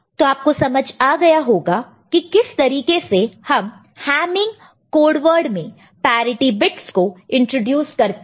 तो आपको समझ आ गया होगा कि किस तरीके से हम हैमिंग कोड वर्ड में पैरिटि बिट्स को इंट्रोड्यूस करते हैं